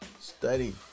study